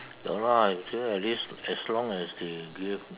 ya lah I feel at least as long as they give